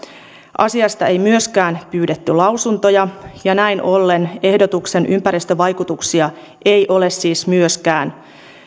asiasta ei myöskään pyydetty lausuntoja ja näin ollen ehdotuksen ympäristövaikutuksia ei ole myöskään